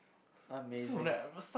amazing